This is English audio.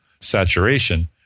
saturation